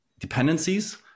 dependencies